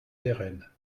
pérenne